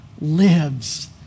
lives